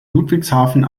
ludwigshafen